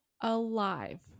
alive